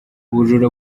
ubujura